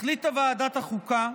החליטה ועדת החוקה,